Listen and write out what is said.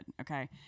Okay